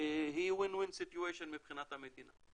היא win win situation מבחינת המדינה.